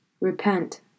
repent